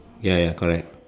ya ya correct